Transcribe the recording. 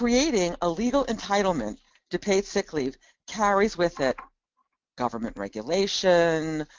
creating a legal entitlement to paid sick leave carries with it government regulation,